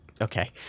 okay